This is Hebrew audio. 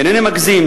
אינני מגזים,